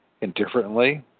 indifferently